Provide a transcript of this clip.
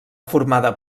formada